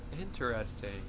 Interesting